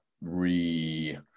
re